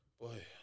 Boy